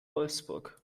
wolfsburg